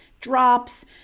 drops